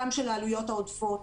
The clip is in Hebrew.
גם של העלויות העודפות,